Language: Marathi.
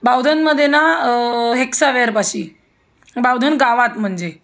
बावधनमध्ये ना हेक्सावेअरपाशी बावधन गावात म्हणजे